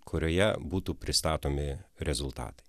kurioje būtų pristatomi rezultatai